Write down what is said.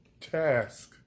task